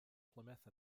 plymouth